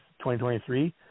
2023